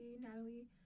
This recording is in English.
Natalie